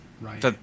right